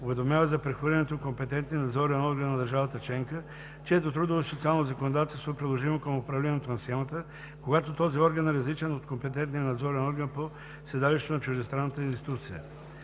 уведомява за прехвърлянето компетентния надзорен орган на държавата членка, чието трудово и социално законодателство е приложимо към управлението на схемата, когато този орган е различен от компетентния надзорен орган по седалището на чуждестранната институция.